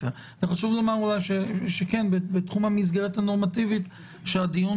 חשוב לומר בתחום המסגרת הנורמטיבית שהדיון